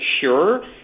sure